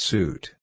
Suit